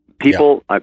People